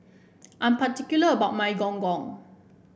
I'm particular about my Gong Gong